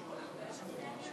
תודה.